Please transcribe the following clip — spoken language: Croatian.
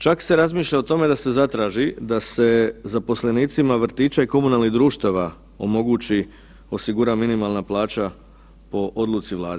Čak se razmišlja o tome da se zatraži da se zaposlenicima vrtića i komunalnih društava omogući osigura minimalna plaća po odluci Vladi.